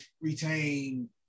retain